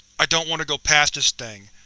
i don't want to go past this thing.